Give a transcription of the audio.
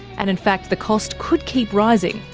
and in fact the cost could keep rising.